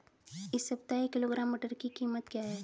इस सप्ताह एक किलोग्राम मटर की कीमत क्या है?